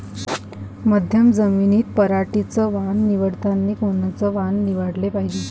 मध्यम जमीनीत पराटीचं वान निवडतानी कोनचं वान निवडाले पायजे?